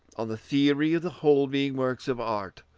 on the theory of the whole being works of art,